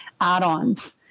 add-ons